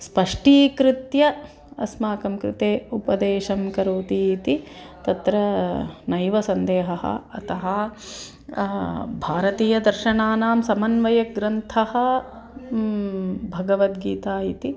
स्पष्टीकृत्य अस्माकं कृते उपदेशं करोति इति तत्र नैव सन्देहः अतः भारतीयदर्शनानां समन्वयग्रन्थः भगवद्गीता इति